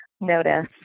notice